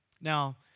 Now